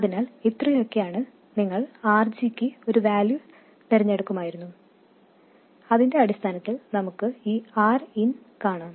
അതിനാൽ ഇത്രയൊക്കെയാനുള്ളത് നിങ്ങൾ RG യ്ക്ക് ഒരു വാല്യൂ തിരഞ്ഞെടുക്കുമായിരുന്നു അതിന്റെ അടിസ്ഥാനത്തിൽ നമുക്ക് ഈ Rin കാണാം